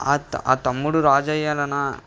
ఆ తమ్ముడు రాజు అయ్యాడన్న